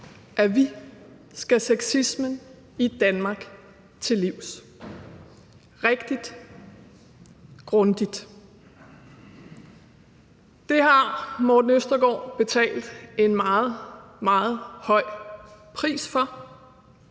at vi skal sexismen i Danmark til livs – rigtig grundigt. Det har Morten Østergaard betalt en meget, meget høj pris for.